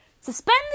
Suspend